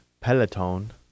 Peloton